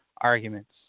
arguments